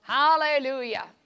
Hallelujah